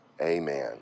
amen